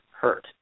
hurt